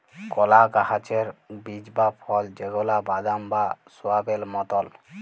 কলা গাহাচের বীজ বা ফল যেগলা বাদাম বা সয়াবেল মতল